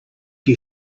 you